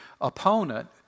opponent